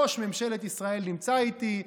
ראש ממשלת ישראל נמצא איתי,